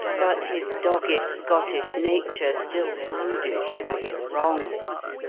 but his dogged scottish nature still brooded over his wrongs,